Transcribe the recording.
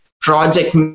project